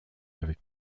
avec